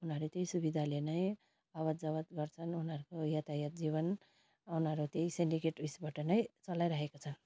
उनीहरू त्यही सुविधाले नै आवत् जावत् गर्छन् उनीहरूको यातायात जीवन उनीहरू त्यही सेन्डिकेट उयोसबाट नै चलाइरहेको छ